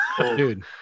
Dude